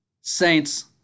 Saints